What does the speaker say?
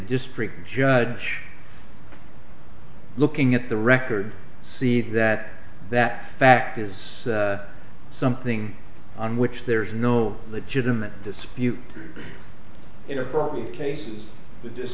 district judge looking at the record see that that fact is something on which there is no legitimate dispute in appropriate cases but just